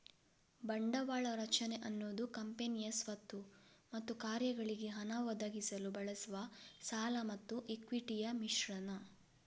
ಬಂಡವಾಳ ರಚನೆ ಅನ್ನುದು ಕಂಪನಿಯ ಸ್ವತ್ತು ಮತ್ತು ಕಾರ್ಯಗಳಿಗೆ ಹಣ ಒದಗಿಸಲು ಬಳಸುವ ಸಾಲ ಮತ್ತು ಇಕ್ವಿಟಿಯ ಮಿಶ್ರಣ